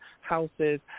houses